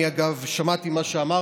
אני, אגב, שמעתי מה שאמרת.